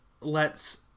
lets